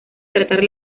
tratar